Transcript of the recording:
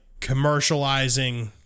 commercializing